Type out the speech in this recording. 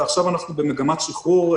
ועכשיו אנחנו במגמת שחרור,